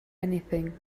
anything